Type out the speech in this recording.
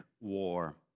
war